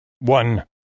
One